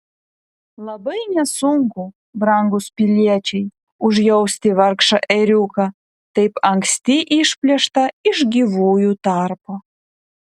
labai nesunku brangūs piliečiai užjausti vargšą ėriuką taip anksti išplėštą iš gyvųjų tarpo